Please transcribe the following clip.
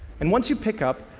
and once you pick up,